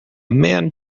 man